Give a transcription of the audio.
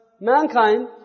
mankind